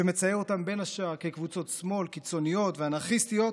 שמצייר אותם בין השאר כקבוצות שמאל קיצוניות ואנרכיסטיות,